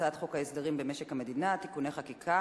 הצעת חוק ההסדרים במשק המדינה (תיקוני חקיקה